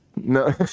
No